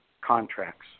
contracts